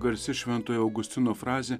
garsi šventojo augustino frazė